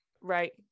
Right